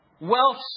Wealth